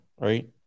Right